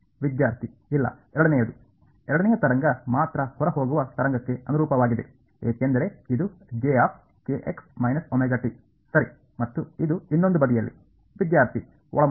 ವಿದ್ಯಾರ್ಥಿ ಇಲ್ಲ ಎರಡನೆಯದು ಎರಡನೆಯ ತರಂಗ ಮಾತ್ರ ಹೊರಹೋಗುವ ತರಂಗಕ್ಕೆ ಅನುರೂಪವಾಗಿದೆ ಏಕೆಂದರೆ ಇದು ಸರಿ ಮತ್ತು ಇದು ಇನ್ನೊಂದು ಬದಿಯಲ್ಲಿ ವಿದ್ಯಾರ್ಥಿ ಒಳಮುಖ